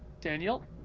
daniel